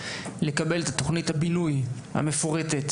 לקבל את התוכנית הבינוי המפורטת,